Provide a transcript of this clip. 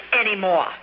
anymore